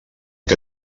que